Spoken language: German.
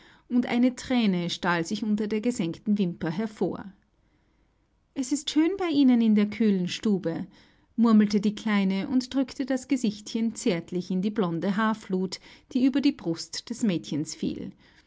und eine thräne stahl sich unter der gesenkten wimper hervor es ist schön bei ihnen in der kühlen stube murmelte die kleine und drückte das gesichtchen zärtlich in die blonde haarflut die über die brust des mädchens fiel